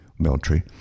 military